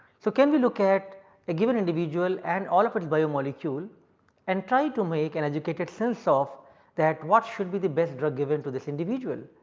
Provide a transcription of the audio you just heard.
so, can we look at a given individual and all of its bio molecule and try to make an and educated sense of that what should be the best drug given to this individual,